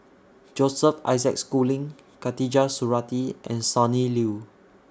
Joseph Isaac Schooling Khatijah Surattee and Sonny Liew